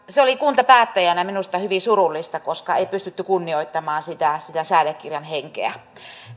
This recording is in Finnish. se oli kuntapäättäjänä minusta hyvin surullista koska ei pystytty kunnioittamaan sitä sitä säädekirjan henkeä